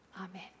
Amen